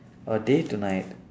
oh day to night